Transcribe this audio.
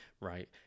right